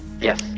Yes